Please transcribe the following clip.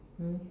mm